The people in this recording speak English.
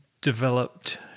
developed